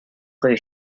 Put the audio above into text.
rue